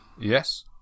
yes